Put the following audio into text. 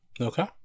Okay